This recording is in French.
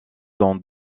dans